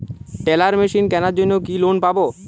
Teller machine কেনার জন্য কি লোন পাব?